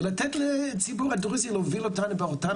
ולתת לציבור הדרוזי להוביל אותנו באותם